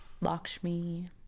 lakshmi